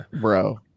Bro